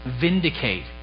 vindicate